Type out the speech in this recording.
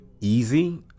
easy